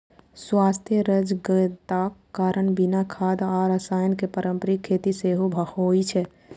स्वास्थ्य सजगताक कारण बिना खाद आ रसायन के पारंपरिक खेती सेहो होइ छै